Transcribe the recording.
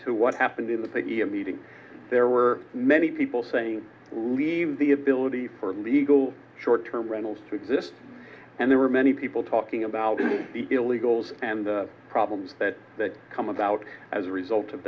to what happened in the meeting there were many people saying leave the ability for legal short term rentals to exist and there were many people talking about the illegals and the problems that that come about as a result of